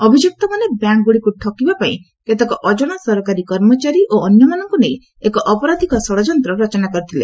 ଅଭିଯୁକ୍ତମାନେ ବ୍ୟାଙ୍କ୍ଗୁଡ଼ିକୁ ଠକିବା ପାଇଁ କେତେକ ଅଜଣା ସରକାରୀ କର୍ମଚାରୀ ଓ ଅନ୍ୟମାନଙ୍କୁ ନେଇ ଏକ ଅପରାଧିକ ଷଡ଼ଯନ୍ତ୍ର ରଚନା କରିଥିଲେ